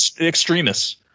extremists